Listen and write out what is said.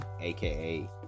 AKA